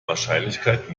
wahrscheinlichkeit